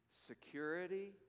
security